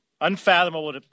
unfathomable